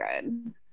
good